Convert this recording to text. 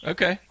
Okay